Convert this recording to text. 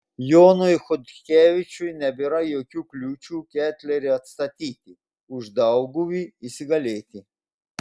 jonui chodkevičiui nebėra jokių kliūčių ketlerį atstatyti uždauguvy įsigalėti